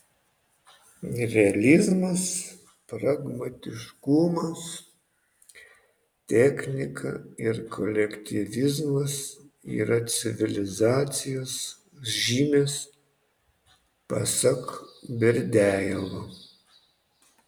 realizmas pragmatiškumas technika ir kolektyvizmas yra civilizacijos žymės pasak berdiajevo